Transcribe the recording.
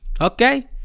okay